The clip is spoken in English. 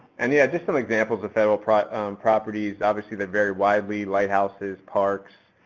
and yeah, just some examples of federal properties. obviously, they vary widely, lighthouses, parks,